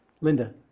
Linda